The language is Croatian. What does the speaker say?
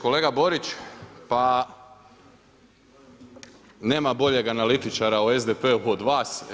Kolega Borić, pa nema boljeg analitičara u SDP-u od vas.